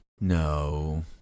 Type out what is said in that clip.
No